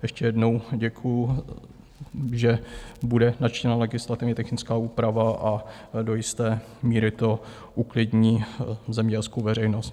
Ještě jednou děkuju, že bude načtena legislativně technická úprava a do jisté míry to uklidní zemědělskou veřejnost.